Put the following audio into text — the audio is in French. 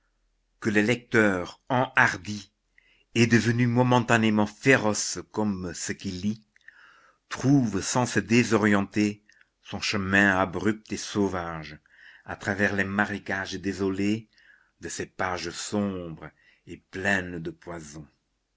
que le lecteur enhardi et devenu momentanément féroce comme ce qu'il lit trouve sans se désorienter son chemin abrupt et sauvage à travers les marécages désolés de ces pages sombres et pleines de poison